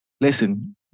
listen